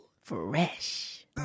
fresh